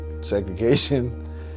segregation